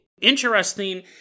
interesting